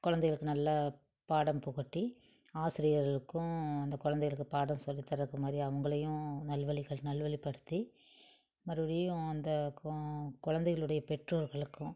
குலந்தைகளுக்கு நல்ல பாடம் புகட்டி ஆசிரியர்களுக்கும் அந்த குலந்தைகளுக்கு பாடம் சொல்லித்தர்றது மாதிரி அவங்களையும் நல்வழிகள் நல்வழிப்படுத்தி மறுபடியும் அந்த கொ குலந்தைகளுடைய பெற்றோர்களுக்கும்